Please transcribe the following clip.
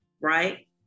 right